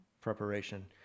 preparation